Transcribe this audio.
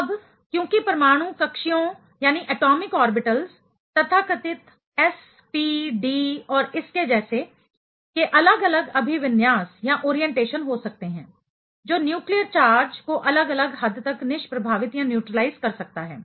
अब क्योंकि परमाणु कक्षीयओं एटॉमिक आर्बिटल्स तथाकथित s p d और इसके जैसे के अलग अलग अभिविन्यासओरियंटेशन हो सकते हैं जो न्यूक्लियर चार्ज को अलग अलग हद तक निष्प्रभावित न्यूट्रेलाइज कर सकता है